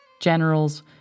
generals